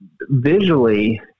visually